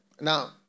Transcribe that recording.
Now